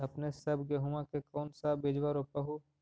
अपने सब गेहुमा के कौन सा बिजबा रोप हू?